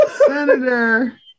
Senator